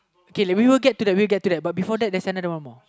K let we will get to that we'll get to that but before that there is another one more